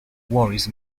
worries